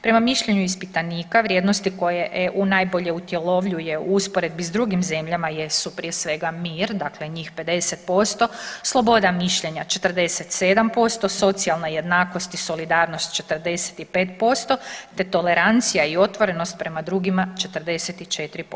Prema mišljenju ispitanika vrijednosti koje EU najbolje utjelovljuje u usporedbi s drugim zemljama jesu prije svega mir, dakle njih 50%, sloboda mišljenja 47%, socijalna jednakost i solidarnost 45%, te tolerancija i otvorenost prema drugima 44%